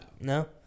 No